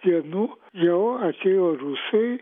dienų jau atėjo rusai